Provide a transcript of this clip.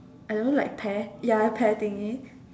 I don't know like pear ya a pear thingy